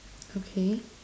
okay